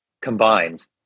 combined